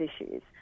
issues